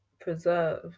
preserve